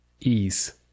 ease